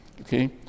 okay